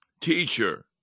Teacher